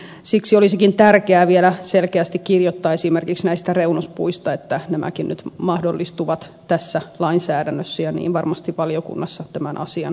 siksi olisikin tärkeää vielä selkeästi kirjoittaa esimerkiksi reunuspuista että nämäkin nyt mahdollistuvat tässä lainsäädännössä ja niin varmasti valiokunnassa tämän asian hoidammekin